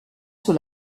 sur